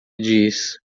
diz